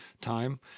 time